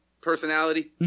personality